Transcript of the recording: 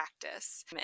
practice